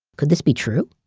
could this be true?